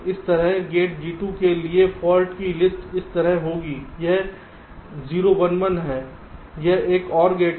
इसी तरह gate G2 के लिए फाल्ट की लिस्ट इस तरह होगी यह 0 1 1 है यह एक OR गेट है